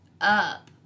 up